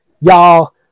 y'all